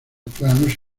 planos